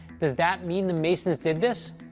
does that mean the masons did this?